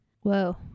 Whoa